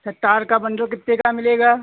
अच्छा तार का बन्डल कितने का मिलेगा